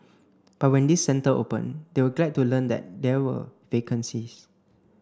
but when this centre opened they were glad to learn that there were vacancies